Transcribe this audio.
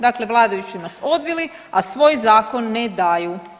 Dakle, vladajući su nas odbili, a svoj zakon ne daju.